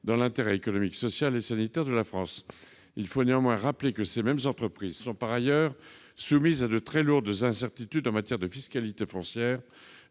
dans l'intérêt économique, social et sanitaire de la France. Rappelons que ces mêmes entreprises sont par ailleurs soumises à de très lourdes incertitudes en matière de fiscalité foncière.